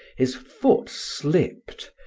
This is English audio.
his foot slipped,